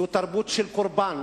זו תרבות של קורבן.